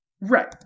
Right